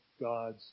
God's